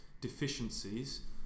deficiencies